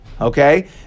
Okay